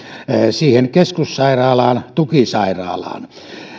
siihen keskussairaalaan tukisairaalaan